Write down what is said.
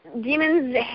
demons